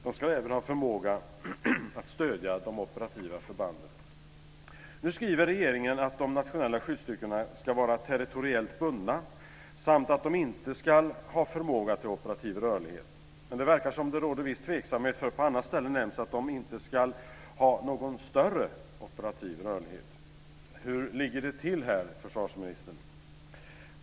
De ska även ha förmåga att stödja de operativa förbanden. Nu skriver regeringen att de nationella skyddsstyrkorna ska vara territoriellt bundna samt att de inte ska "ha förmåga till operativ rörlighet". Men det verkar som om det råder viss tveksamhet för på ett annat ställe nämns att de inte ska "ha någon större operativ rörlighet". Hur ligger det till här, försvarsministern?